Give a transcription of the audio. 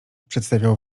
przedstawiał